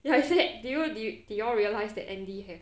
then I say did you did you realize that andy have